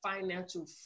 financial